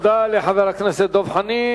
תודה לחבר הכנסת דב חנין.